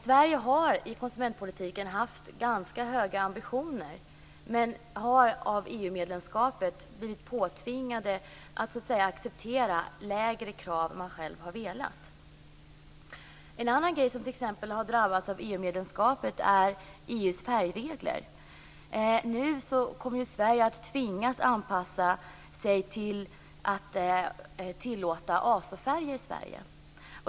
Sverige har haft ganska höga ambitioner i konsumentpolitiken, men har genom EU-medlemskapet blivit påtvingade att acceptera lägre krav än vad vi själva har velat. Någonting annat som har drabbat oss genom EU medlemskapet är EU:s färgregler. Sverige kommer att tvingas anpassa sig och tillåta azofärger.